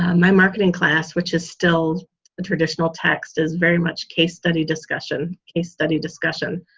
um my marketing class which is still a traditional text is very much case study discussion, case study discussion.